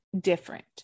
different